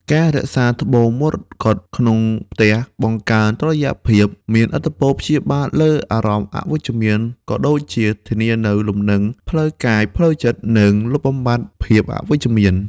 ការរក្សាត្បូងមរកតក្នុងផ្ទះ បង្កើនតុល្យភាព មានឥទ្ធិពលព្យាបាលលើអារម្មណ៍អវិជ្ជមាន ក៏ដូចជាធានានូវលំនឹងផ្លូវកាយផ្លូវចិត្ត និង លុបបំបាត់ភាពអវិជ្ជមាន។